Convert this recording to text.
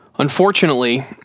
Unfortunately